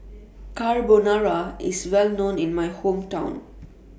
Carbonara IS Well known in My Hometown